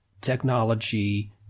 technology